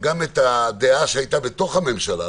גם את הדעה שהיתה בתוך הממשלה,